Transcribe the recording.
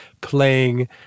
playing